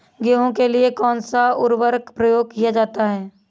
गेहूँ के लिए कौनसा उर्वरक प्रयोग किया जाता है?